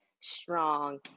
strong